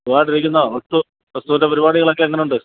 ആ സുഖായിട്ടിരിക്കുന്നോ വസ്തു വസ്തുവിൻ്റെ പരിപാടികളൊക്കെ എങ്ങനൊണ്ട്